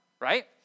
Right